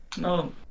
No